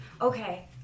Okay